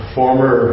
former